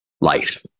life